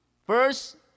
First